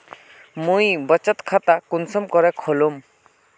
मुई बचत खता कुंसम करे खोलुम?